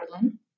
berlin